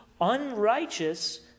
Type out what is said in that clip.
unrighteous